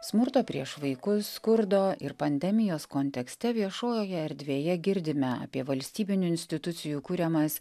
smurto prieš vaikus skurdo ir pandemijos kontekste viešojoje erdvėje girdime apie valstybinių institucijų kuriamas